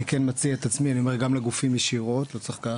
אני כן אומר את זה גם ישירות לגופים,